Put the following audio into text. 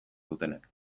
dutenek